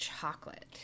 chocolate